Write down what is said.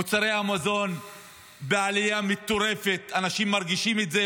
מוצרי המזון בעלייה מטורפת, אנשים מרגישים את זה.